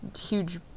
huge